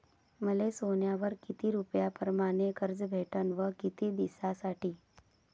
मले सोन्यावर किती रुपया परमाने कर्ज भेटन व किती दिसासाठी?